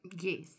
Yes